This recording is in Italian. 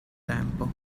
tempo